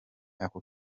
aka